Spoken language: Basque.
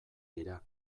dira